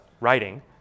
writing